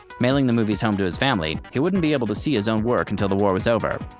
mailing the movies home to his family, he wouldn't be able to see his own work until the war was over.